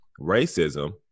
racism